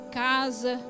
casa